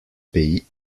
pays